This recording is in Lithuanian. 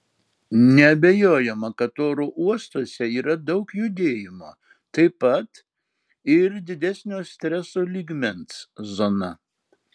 neabejojama kad oro uostuose yra daug judėjimo taip pat ir didesnio streso lygmens zona